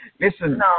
Listen